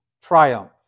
triumph